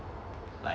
like